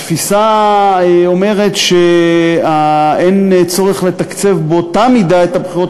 התפיסה שאומרת שאין צורך לתקצב באותה מידה את הבחירות